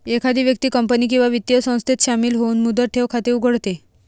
एखादी व्यक्ती कंपनी किंवा वित्तीय संस्थेत शामिल होऊन मुदत ठेव खाते उघडते